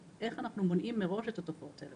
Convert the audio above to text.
לחשוב איך אנחנו מונעים מראש את התופעות האלה.